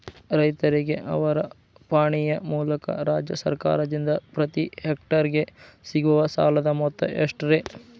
ರೈತರಿಗೆ ಅವರ ಪಾಣಿಯ ಮೂಲಕ ರಾಜ್ಯ ಸರ್ಕಾರದಿಂದ ಪ್ರತಿ ಹೆಕ್ಟರ್ ಗೆ ಸಿಗುವ ಸಾಲದ ಮೊತ್ತ ಎಷ್ಟು ರೇ?